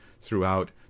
throughout